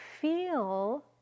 feel